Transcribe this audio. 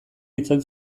izan